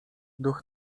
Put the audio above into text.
duch